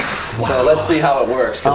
so let's see how it works.